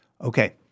Okay